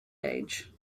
age